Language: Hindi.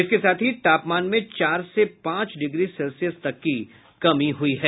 इसके साथ ही तापमान में चार से पांच डिग्री सेल्सियस तक की कमी हुई है